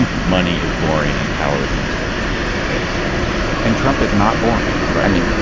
and money is boring and power is interesting so maybe that's part and trump is not boring. i mean,